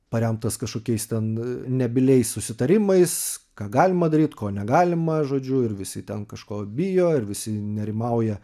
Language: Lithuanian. paremtas kažkokiais ten nebyliai susitarimais ką galima daryt ko negalima žodžiu ir visi ten kažko bijo ir visi nerimauja